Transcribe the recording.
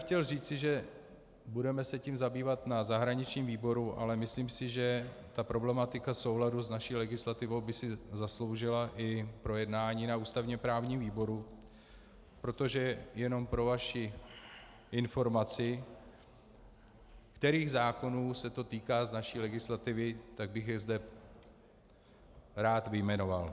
Chtěl bych říci, že se tím budeme zabývat na zahraničním výboru, ale myslím, že problematika souladu s naší legislativou by si zasloužila i projednání na ústavněprávním výboru, protože, jenom pro vaši informaci, kterých zákonů se to týká z naší legislativy, tak bych je zde rád vyjmenoval.